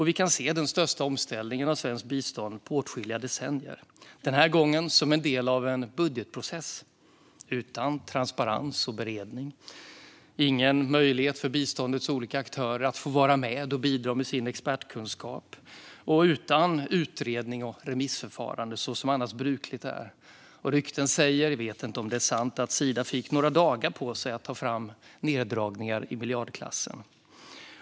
Vi kan se den största omställningen av svenskt bistånd på åtskilliga decennier, den här gången som en del av en budgetprocess utan transparens och beredning. Det har inte varit någon möjlighet för biståndets olika aktörer att vara med och bidra med sina expertkunskaper. Det har varit utan utredning och remissförfaranden, som annars brukligt är. Rykten säger - jag vet inte om det är sant - att Sida fick några dagar på sig att ta fram neddragningar i miljardklassen.